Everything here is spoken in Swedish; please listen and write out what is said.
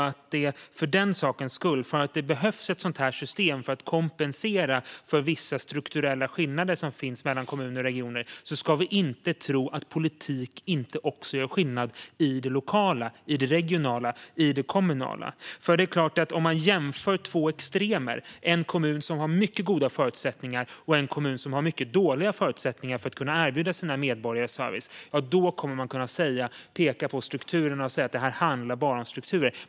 Det behövs ett system för att kompensera för vissa strukturella skillnader som finns mellan kommuner och regioner, men vi ska inte tro att politik inte gör skillnad i det lokala, i det regionala och i det kommunala. Om man jämför två extremer, en kommun som har mycket goda förutsättningar och en kommun som har mycket dåliga förutsättningar att erbjuda sina medborgare service, kommer man att kunna peka på strukturerna och säga: Detta handlar bara om strukturer.